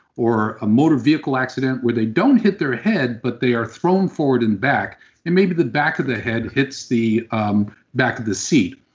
or a motor vehicle accident where they don't hit their ah head but they are thrown forward and back and maybe the back of the head hits the um back of the seat.